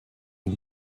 and